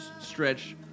stretch